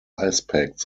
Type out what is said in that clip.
aspects